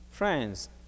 Friends